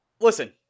Listen